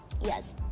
yes